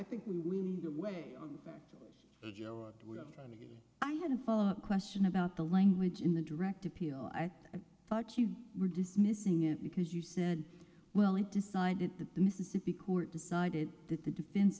think we need a way i had a follow up question about the language in the direct appeal i thought you were dismissing it because you said well it decided that the mississippi court decided that the defense